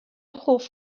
hoff